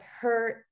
hurt